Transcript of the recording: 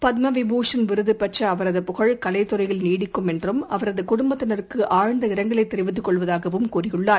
பத்மவிபூஷன் விருதுபெற்றஅவரது புகழ் கலைத் துறையில் நீடிக்கும் என்றும் அவரதுகுடும்பத்தினருக்கு ஆழ்ந்த இரங்கலைத் தெரிவித்துக் கொள்வதாகவும் கூறியுள்ளார்